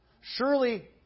Surely